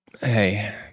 Hey